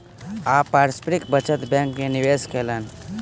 ओ पारस्परिक बचत बैंक में निवेश कयलैन